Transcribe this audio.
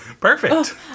Perfect